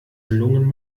lungen